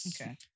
Okay